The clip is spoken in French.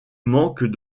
manque